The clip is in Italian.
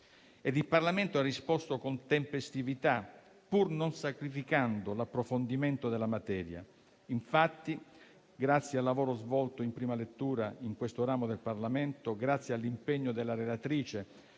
il Parlamento ha risposto con tempestività, pur non sacrificando l'approfondimento della materia. Infatti, grazie al lavoro svolto in prima lettura in questo ramo del Parlamento e grazie all'impegno della relatrice